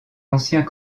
anciens